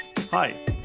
Hi